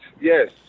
yes